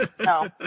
no